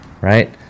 Right